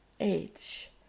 age